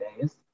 days